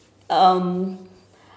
um